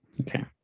okay